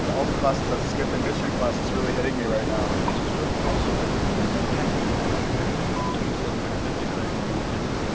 but all the classes i've skipped in history class, it's really hitting me right now. guess who's broke? also britian. so they start taxing the hell out of america. bleep you, says america, declaring their independence and